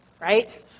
Right